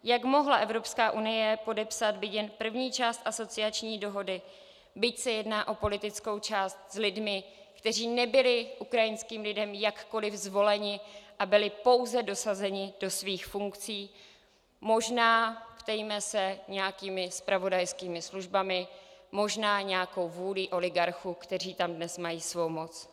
Jak mohla EU podepsat byť jen první část asociační dohody, byť se jedná o politickou část, s lidmi, kteří nebyli ukrajinským lidem jakkoli zvoleni a byli pouze dosazeni do svých funkcí možná ptejme se nějakými zpravodajskými službami, možná nějakou vůlí oligarchů, kteří tam dnes mají svou moc.